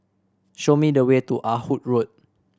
show me the way to Ah Hood Road